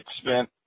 spent